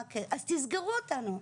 אז תסגרו אותנו,